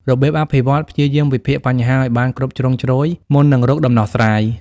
របៀបអភិវឌ្ឍន៍ព្យាយាមវិភាគបញ្ហាឲ្យបានគ្រប់ជ្រុងជ្រោយ មុននឹងរកដំណោះស្រាយ។